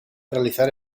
realizar